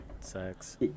sex